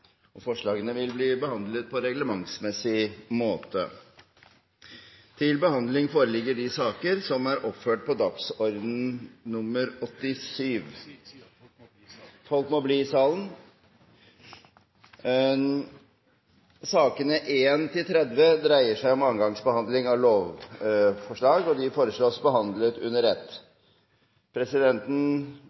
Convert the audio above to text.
trinn. Forslagene vil bli behandlet på reglementsmessig måte. Sakene nr. 1–30 dreier seg om annen gangs behandling av lovvedtak, og de foreslås behandlet under ett. Presidenten